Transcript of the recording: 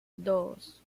dos